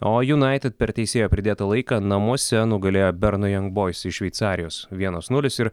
o junaited per teisėjo pridėtą laiką namuose nugalėjo berna jembois iš šveicarijos vienas nulis ir